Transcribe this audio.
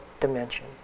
dimension